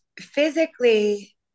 physically